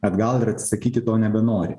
atgal ir atsisakyti to nebenori